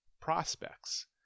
prospects